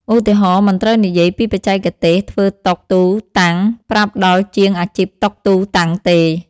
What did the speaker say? ឧទាហរណ៍ មិនត្រូវនិយាយពីបច្ចេកទេសធ្វើតុ ទូ តាំង ប្រាប់ដល់ជាងអាជីពតុ ទូ តាំងទេ ។